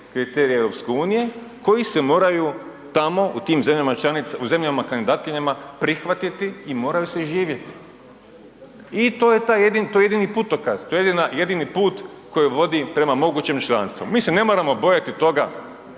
kriteriji EU koji se moraju tamo u tim zemljama kandidatkinjama prihvatiti i moraju se živjeti i to je jedini putokaz, to je jedini put koji vodi prema mogućem članstvu. Mi se ne moramo bojati toga